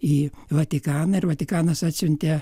į vatikaną ir vatikanas atsiuntė